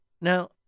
Now